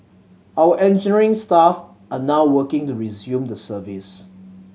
our engineering staff are now working to resume the service